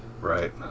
Right